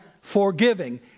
forgiving